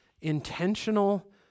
intentional